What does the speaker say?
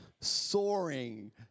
soaring